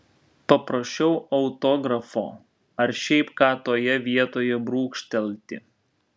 paprašiau autografo ar šiaip ką toje vietoje brūkštelti